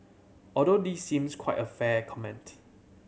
although this seems quite a fair comment